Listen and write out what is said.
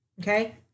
Okay